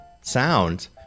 sound